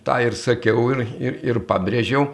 tą ir sakiau ir ir ir pabrėžiau